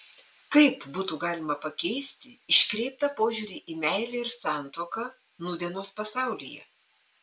kaip būtų galima pakeisti iškreiptą požiūrį į meilę ir santuoką nūdienos pasaulyje